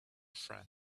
friend